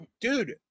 dude